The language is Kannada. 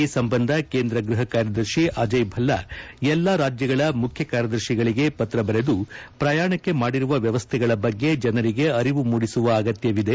ಈ ಸಂಬಂಧ ಕೇಂದ್ರ ಗೃಹ ಕಾರ್ಯದರ್ಶಿ ಅಜಯ್ ಬಲ್ಲಾ ಎಲ್ಲಾ ರಾಜ್ಯಗಳ ಮುಖ್ಯ ಕಾರ್ಯದರ್ಶಿಗಳಿಗೆ ಪತ್ರ ಬರೆದು ಶ್ರಯಾಣಕ್ಕೆ ಮಾಡಿರುವ ವ್ಯವಸ್ಥೆಗಳ ಬಗ್ಗೆ ಜನರಿಗೆ ಅರಿವು ಮೂಡಿಸುವ ಅಗತ್ಯವಿದೆ